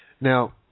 Now